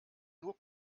nur